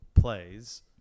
plays